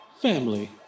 Family